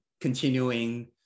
continuing